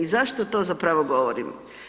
Zašto to zapravo govorim?